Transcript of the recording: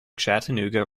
chattanooga